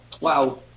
wow